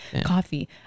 Coffee